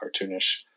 cartoonish